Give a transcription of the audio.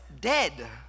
dead